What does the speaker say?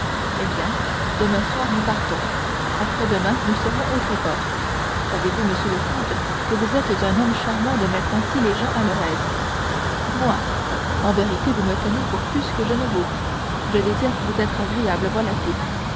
mardi bien demain soir nous partons après-demain nous serons au tréport savez-vous monsieur le comte que vous êtes un homme charmant de mettre ainsi les gens à leur aise moi en vérité vous me tenez pour plus que je ne vaux je désire vous être agréable voilà tout